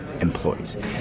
employees